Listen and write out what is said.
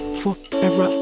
forever